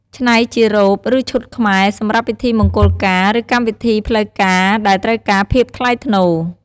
ច្នៃជារ៉ូប ឬឈុតខ្មែរ សម្រាប់ពិធីមង្គលការ ឬកម្មវិធីផ្លូវការដែលត្រូវការភាពថ្លៃថ្នូរ។